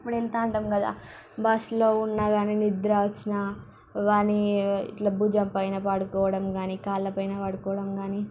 ఇప్పుడు వెళుతూ ఉంటాము కదా బస్సులో ఉన్నా కానీ నిద్ర వచ్చినా వాడి ఇట్లా భుజం పైన పడుకోవడం కానీ కాళ్ళ పైన పడుకోవడం కానీ